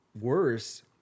worse